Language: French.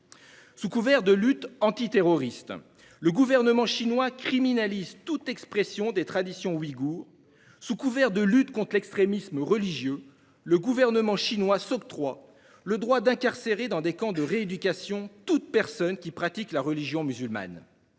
Sous couvert de lutte antiterroriste, le gouvernement chinois criminalise toute expression des traditions. Sous couvert de lutte contre l'extrémisme religieux, le gouvernement chinois s'octroie le droit d'incarcérer dans des camps de rééducation toute personne qui pratique la religion musulmane.